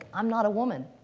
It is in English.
i'm not a woman.